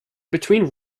between